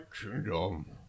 kingdom